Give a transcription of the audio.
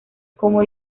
como